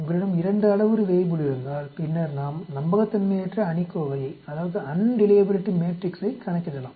உங்களிடம் 2 அளவுரு வேய்புல் இருந்தால் பின்னர் நாம் நம்பகத்தன்மையற்ற அணிக்கோவையைக் கணக்கிடலாம்